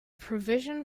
provision